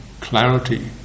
clarity